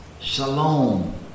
Shalom